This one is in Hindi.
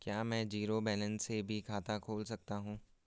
क्या में जीरो बैलेंस से भी खाता खोल सकता हूँ?